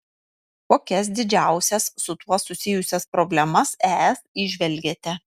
kokias didžiausias su tuo susijusias problemas es įžvelgiate